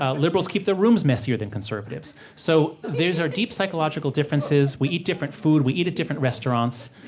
ah liberals keep their rooms messier than conservatives. so these are deep, psychological differences. we eat different food. we eat at different restaurants.